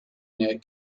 near